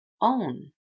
own